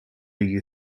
you